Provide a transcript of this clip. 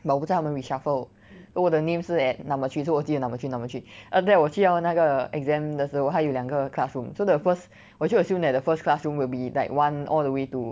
but 我不在他们 reshuffle over the name 是 number three so 我记得 number three number three after that 我去到那个 exam 的时候它有两个 classroom so the first 我就 assume that the first classroom will be like one all the way to